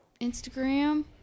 Instagram